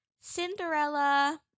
Cinderella